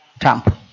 Trump